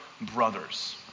brothers